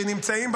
שנמצאים,